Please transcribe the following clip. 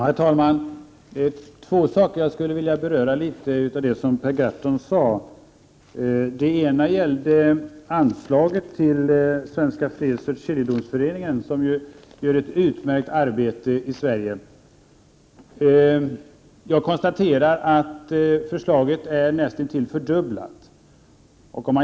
Herr talman! Det är två saker som jag skulle vilja beröra av det som Per Gahrton sade. Den ena gäller anslaget till Svenska fredsoch skiljedomsföreningen, som ju gör ett utmärkt arbete i Sverige. Jag konstaterar att det föreslagna anslaget är näst intill fördubblat.